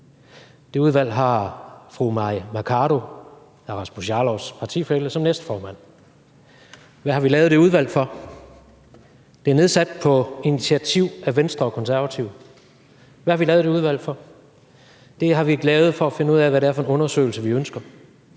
Det udvalg har fru Mai Mercado, hr. Rasmus Jarlovs partifælle, som næstformand. Det er nedsat på initiativ af Venstre og Konservative. Hvad har vi lavet det udvalg for? Det har vi lavet for at finde ud af, hvad det er for en undersøgelse, vi ønsker,